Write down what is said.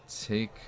take